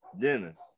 Dennis